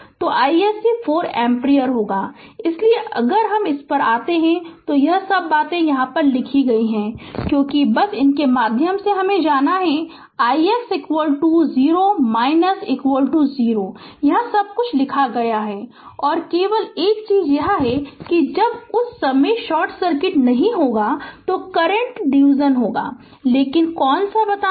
तो isc 4 ampere होगा इसीलिए अगर इस पर आते हैं तो यह सब बातें यहाँ लिखी गई हैं क्योंकि बस इसके माध्यम से जाना ix 0 0 सब कुछ लिखा है Refer Slide Time 2224 और केवल एक चीज यह है कि जब उस समय शॉर्ट सर्किट नहीं होगा तो करंट डिविजन होगा लेकिन कौन सा बताये